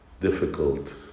difficult